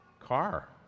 Car